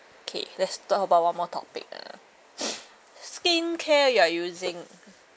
okay let's talk about one more topic uh skincare you are using